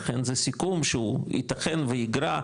לכן זה סיכום שהוא ייתכן וייגרע,